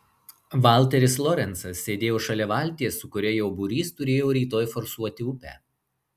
valteris lorencas sėdėjo šalia valties su kuria jo būrys turėjo rytoj forsuoti upę